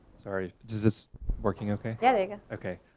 sorry, is this working okay? yeah, there you go. okay.